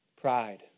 pride